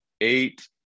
eight